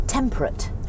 temperate